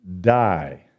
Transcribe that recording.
die